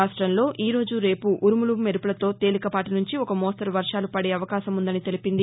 రాష్టంలో ఈరోజు రేఫు ఉరుములు మెరుపులతో తేలికపాటి నుంచి ఒక మోస్తరు వర్వాలు పడే అవకాశం ఉందని తెలిపింది